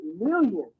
millions